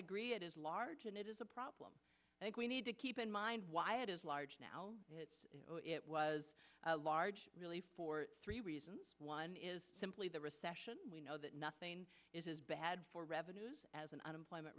agree it is large and it is a problem and we need to keep in mind why it is large now it was large really for three reasons one is simply the recession we know that nothing is bad for revenues as an unemployment